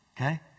Okay